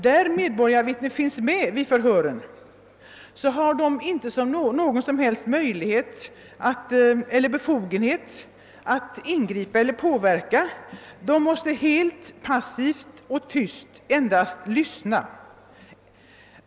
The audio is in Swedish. Då medborgarvittne finns med vid förhöret har han inte någon som helst möjlighet eller befogenhet att ingripa eller påverka. Han måste helt passivt och tyst endast lyssna.